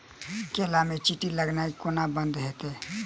केला मे चींटी लगनाइ कोना बंद हेतइ?